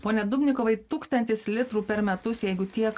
pone dubnikovai tūkstantis litrų per metus jeigu tiek